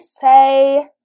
say